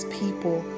people